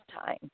time